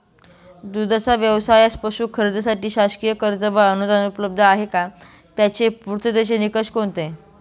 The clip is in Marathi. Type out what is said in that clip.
दूधाचा व्यवसायास पशू खरेदीसाठी शासकीय कर्ज व अनुदान उपलब्ध आहे का? त्याचे पूर्ततेचे निकष कोणते?